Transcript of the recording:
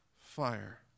fire